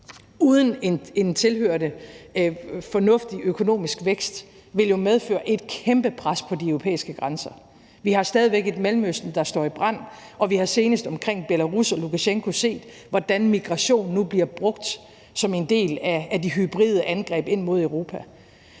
uden en tilhørende fornuftig økonomisk vækst, vil jo medføre et kæmpe pres på de europæiske grænser. Vi har stadig væk et Mellemøsten, der står i brand, og vi har senest omkring Belarus og Lukashenko set, hvordan migration nu bliver brugt som en del af de hybride angreb ind mod Europa.